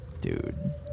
Dude